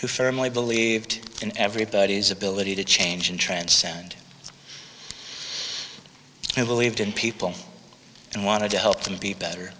firmly believed in everybody's ability to change and transcend who believed in people and wanted to help them to be better